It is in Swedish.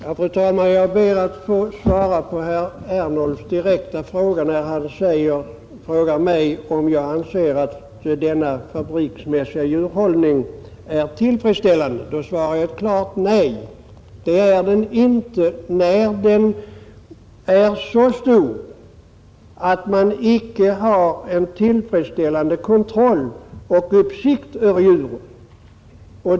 Fru talman! Jag ber att få svara på herr Ernulfs direkta fråga till mig om jag anser att denna fabriksmässiga djurhållning är tillfredsställande. På den svarar jag klart nej. Det är den inte när djurbesättningen är så stor att man icke har en tillfredsställande kontroll och uppsikt över djuren.